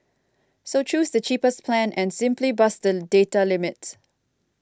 so choose the cheapest plan and simply bust the data limit